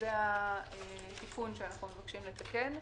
וזה התיקון שאנו מבקשים לתקן.